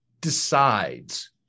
decides